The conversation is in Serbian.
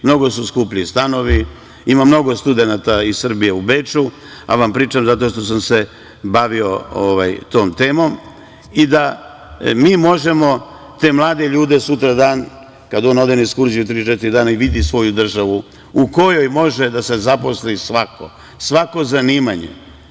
Mnogo su skupi stanovi, ima mnogo studenata iz Srbije u Beču, to vam pričam zato što sam se bavio tom temom i da mi možemo te mlade ljude sutradan, kada on ode na ekskurziju, tri, četiri dana i vidi svoju državu, u kojoj može da se zaposli svako, svako zanimanje.